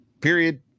Period